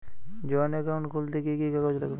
Joint account খুলতে কি কি কাগজ লাগবে?